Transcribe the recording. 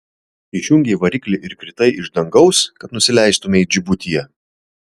išjungei variklį ir kritai iš dangaus kad nusileistumei džibutyje